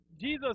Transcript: Jesus